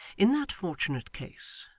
in that fortunate case,